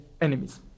enemies